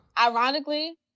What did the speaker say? ironically